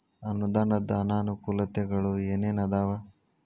ಅನುದಾನದ್ ಅನಾನುಕೂಲತೆಗಳು ಏನ ಏನ್ ಅದಾವ?